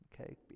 okay